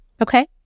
Okay